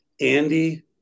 Andy